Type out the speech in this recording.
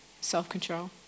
self-control